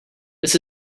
this